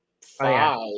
five